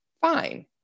fine